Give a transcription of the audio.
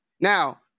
Now